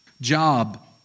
Job